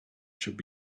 should